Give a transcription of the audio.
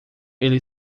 ele